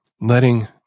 letting